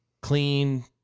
clean